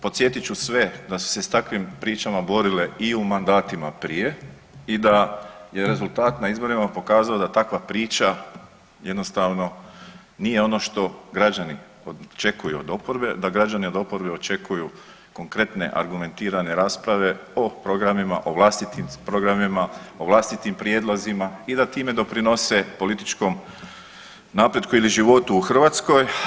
Podsjetit ću sve da su se s takvim pričama borile i u mandatima prije i da je rezultat na izborima pokazao da takva priča jednostavno nije ono što građani očekuju od oporbe, da građani od oporbe očekuju konkretne argumentirane rasprave i programima, o vlastitim programima, o vlastitim prijedlozima i da time doprinose političkom napretku ili životu u Hrvatskoj.